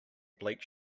bleak